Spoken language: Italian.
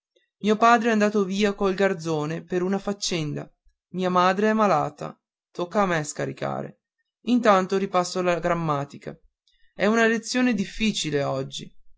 mio padre è andato via col garzone per una faccenda mia madre è malata tocca a me a scaricare intanto ripasso la grammatica è una lezione difficile oggi